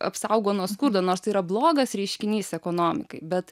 apsaugo nuo skurdo nors tai yra blogas reiškinys ekonomikai bet